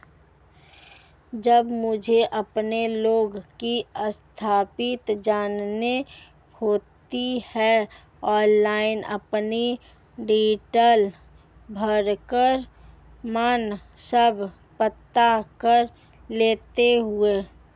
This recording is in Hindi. जब मुझे अपने लोन की स्थिति जाननी होती है ऑनलाइन अपनी डिटेल भरकर मन सब पता कर लेता हूँ